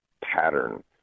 pattern